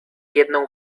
jedną